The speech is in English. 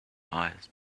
eyes